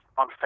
on